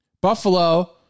Buffalo